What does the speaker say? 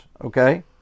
okay